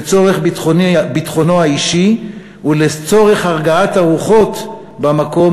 לצורך ביטחונו האישי ולצורך הרגעת הרוחות במקום,